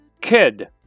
kid